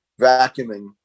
vacuuming